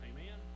Amen